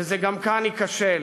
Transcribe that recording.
וגם כאן זה ייכשל.